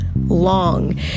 long